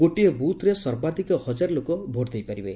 ଗୋଟିଏ ବୁଥରେ ସର୍ବାଧିକ ହଜାରେ ଲୋକ ଭୋଟ୍ ଦେଇପାରିବେ